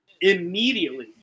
immediately